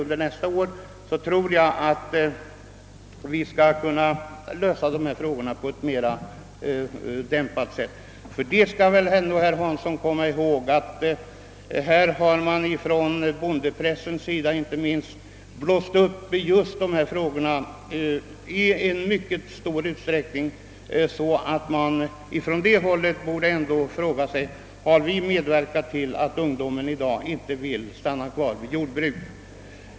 Under nästa år tror jag att vi skall kunna lösa dessa frågor på ett mera dämpat sätt. Herr Hansson skall ändå komma ihåg att man inte minst inom bondepressen har blåst upp dessa frågor i sådan utsträckning att man från detta håll borde fråga sig, om man inte själv har medverkat till att ungdomen i dag inte vill stanna kvar i jordbruket.